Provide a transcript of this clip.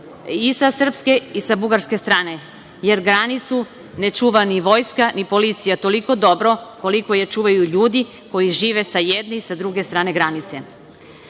i sa srpske i sa bugarske strane, jer granicu ne čuva ni vojska, ni policija, toliko dobro koliko je čuvaju ljudi koji žive sa jedne i sa druge strane